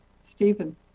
Stephen